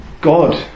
God